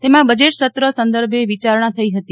તેમાં બજેટ સત્ર સંદર્ભે વિચારણા થઈ હતી